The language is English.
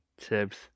tips